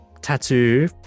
tattoo